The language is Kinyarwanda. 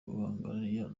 guhangana